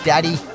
Daddy